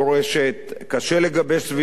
קשה לגבש סביבה הסכמה,